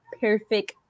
Perfect